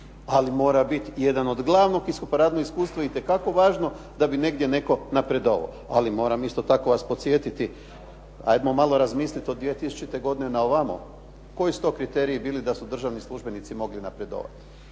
ali mora biti jedan od glavnog, pa radno iskustvo je itekako važno da bi negdje netko napredovao. Ali moram isto tako vas podsjetiti, ajmo malo razmisliti od 2000. godine na ovamo koji su to kriteriji bili da su državni službenici mogli napredovati.